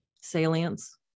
salience